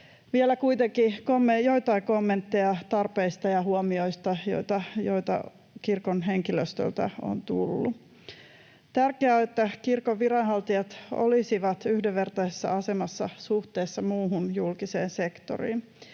Vielä kuitenkin joitain kommentteja tarpeista ja huomioista, joita kirkon henkilöstöltä on tullut: Tärkeää on, että kirkon viranhaltijat olisivat yhdenvertaisessa asemassa suhteessa muuhun julkiseen sektoriin.